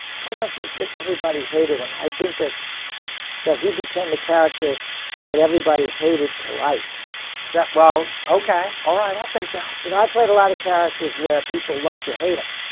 i don't that everybody hated him. i think that that he became a character that everybody hated to like that well, okay, all right i'll take that you know i played a lot of characters where people love to hate him